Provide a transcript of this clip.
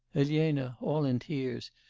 elena, all in tears,